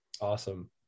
Awesome